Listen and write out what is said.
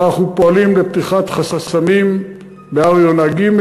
אנחנו פועלים לפתיחת חסמים בהר-יונה ג',